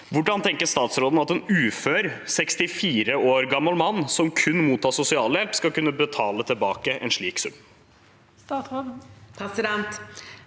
Hvordan tenker statsråden at en ufør 64 år gammel mann som kun mottar sosialhjelp, skal kunne betale tilbake en slik sum?»